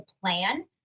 plan